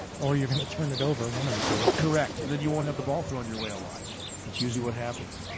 or you're gonna turn it over one of the two correct and then you won't have the ball thrown your way a lot that's usually what happens